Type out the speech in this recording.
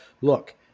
look